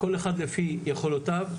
כל אחד לפי יכולותיו ועוצמותיו,